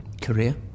career